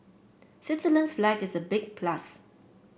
Switzerland's flag is a big plus